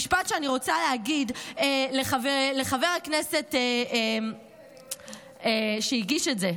משפט שאני רוצה להגיד לחבר הכנסת שהגיש את זה,